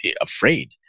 afraid